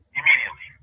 immediately